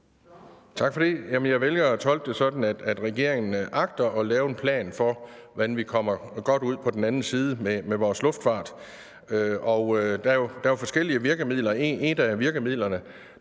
Tak for det. Jeg vælger at tolke det sådan, at regeringen agter at lave en plan for, hvordan vi kommer godt ud på den anden side med vores luftfart, og der er jo forskellige virkemidler. Et af virkemidlerne,